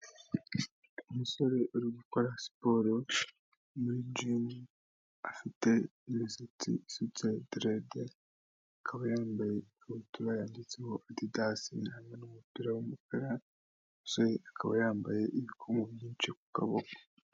Umusore uri gukora siporo muri jimu, afite imisatsi isutse direde, akaba yambaye ikabutura yanditseho adidasi, hamwe n'umupira w'umukara, umusore akaba yambaye ibikomo byinshi ku kaboko.